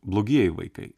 blogieji vaikai